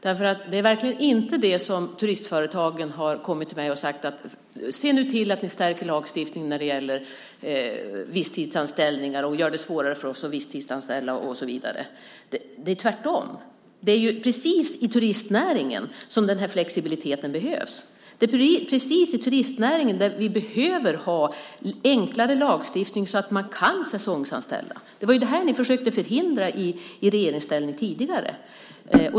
Turistföretagen har verkligen inte kommit till mig och sagt: Se nu till att ni stärker lagstiftningen när det gäller visstidsanställningar och gör det svårare för oss att visstidsanställa och så vidare. Det är tvärtom. Det är precis i turistnäringen som denna flexibilitet behövs. Det är precis i turistnäringen som vi behöver ha enklare lagstiftning så att man kan säsongsanställa. Det var ju det här som ni försökte förhindra i regeringsställning tidigare.